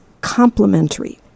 complementary